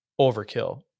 overkill